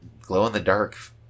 glow-in-the-dark